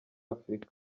afrika